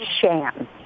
sham